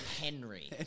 Henry